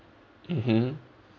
mmhmm